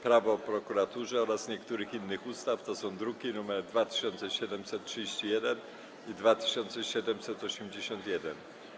Prawo o prokuraturze oraz niektórych innych ustaw (druki nr 2731 i 2781)